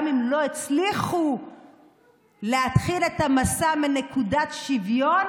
אם לא הצליחו להתחיל את המסע מנקודת שוויון,